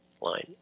line